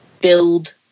build